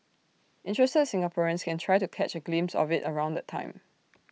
interested Singaporeans can try to catch A glimpse of IT around that time